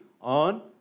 on